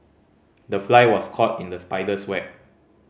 the fly was caught in the spider's web